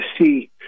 see